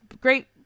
great